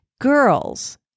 girls